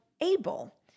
Able